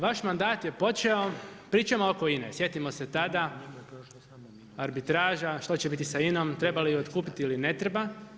Vaš mandat je počeo, pričamo oko INA-e, sjetimo se tada arbitraža, što će biti sa INA-om, treba li ju otkupiti ili ne treba.